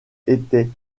étaient